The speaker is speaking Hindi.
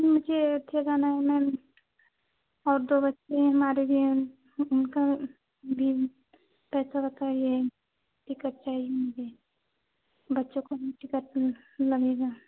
मुझे अच्छे गाना ऊना में और दो बच्चे हमारे भी हैं उनका भी पैसा बताईए टिकट चाहिए मुझे बच्चों को भी टिकेट लगेगा